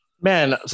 man